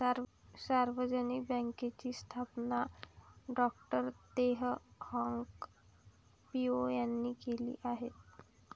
सार्वजनिक बँकेची स्थापना डॉ तेह हाँग पिओ यांनी केली आहे